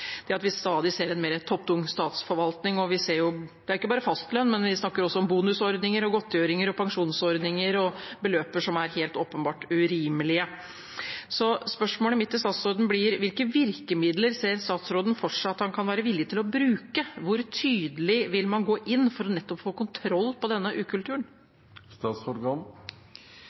ser en stadig mer topptung statsforvaltning, og det gjelder ikke bare fastlønn, vi snakker også om bonusordninger, godtgjøringer, pensjonsordninger og beløp som helt åpenbart er urimelige. Så spørsmålet mitt til statsråden blir: Hvilke virkemidler ser statsråden for seg at han kan være villig til å bruke? Hvor tydelig vil man gå inn for nettopp å få kontroll på denne